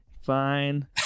Fine